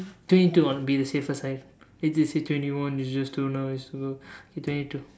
twenty two I want to be on the safer side later say twenty one it's just too nice so okay twenty two